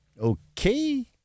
Okay